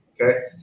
okay